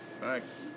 Thanks